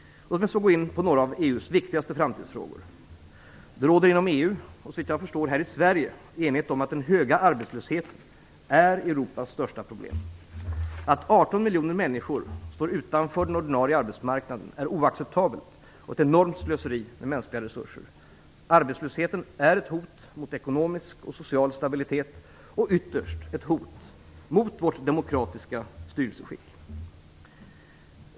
Låt mig så gå in på några av EU:s viktigaste framtidsfrågor. Det råder inom EU och, såvitt jag förstår, här i Sverige enighet om att den höga arbetslösheten är Europas största problem. Att 18 miljoner människor står utanför den ordinarie arbetsmarknaden är oacceptabelt och ett enormt slöseri med mänskliga resurser. Arbetslösheten är ett hot mot ekonomisk och social stabilitet och ytterst ett hot mot vårt demokratiska styrelseskick.